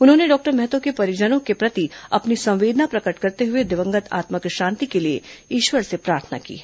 उन्होंने डॉक्टर महतो के परिवारजनों के प्रति अपनी संवेदना प्रकट करते हुए दिवंगत आत्मा की शांति के लिए ईश्वर से प्रार्थना की है